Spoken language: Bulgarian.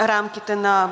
рамките на